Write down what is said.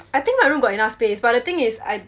I think my room got enough space but the thing is I